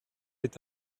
est